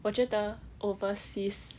我觉得 overseas